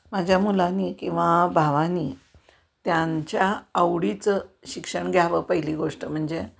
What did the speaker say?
माझ्या मुलांनी किंवा भावांनी त्यांच्या आवडीचं शिक्षण घ्यावं पहिली गोष्ट म्हणजे